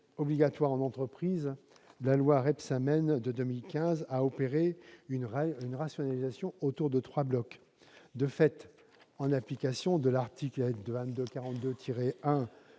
obligatoires dans les entreprises, la loi Rebsamen du 17 août 2015 a opéré une rationalisation autour de trois blocs. De fait, en application de l'article L. 2242-1